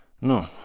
No